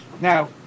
now